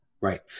Right